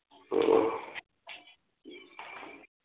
ꯑꯣ